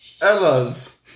Ella's